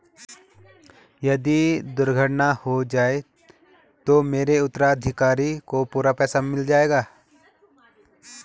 यदि दुर्घटना हो जाये तो मेरे उत्तराधिकारी को पूरा पैसा मिल जाएगा?